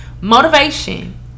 Motivation